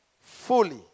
fully